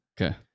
Okay